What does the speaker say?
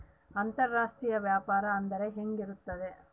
ಅಂತರಾಷ್ಟ್ರೇಯ ವ್ಯಾಪಾರ ಅಂದರೆ ಹೆಂಗೆ ಇರುತ್ತದೆ?